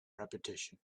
repetition